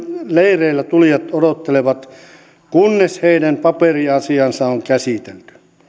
leireillä tulijat odottelevat kunnes heidän paperiasiansa on käsitelty